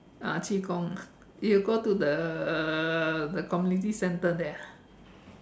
ah qigong you go to the the community centre there